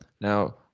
now